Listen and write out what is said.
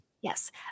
yes